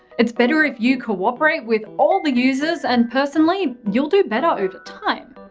it's better if you cooperate with all the users, and personally, you'll do better over time.